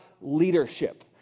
leadership